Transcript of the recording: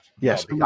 Yes